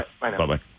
bye-bye